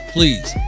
Please